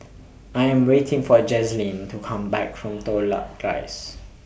I Am waiting For Jazlyn to Come Back from Toh Luck Rise